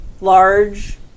large